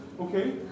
Okay